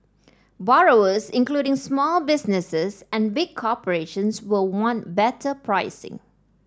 borrowers including small businesses and big corporations will want better pricing